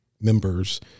members